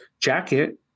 jacket